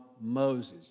Moses